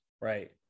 Right